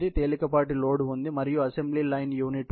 తేలికపాటి లోడ్ ఉంది మరియు అసెంబ్లీ లైన్ యూనిట్ ఉంది